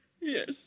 Yes